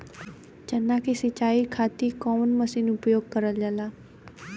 चना के सिंचाई खाती कवन मसीन उपयोग करल जाला?